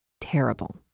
Terrible